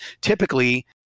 Typically